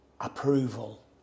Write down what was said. approval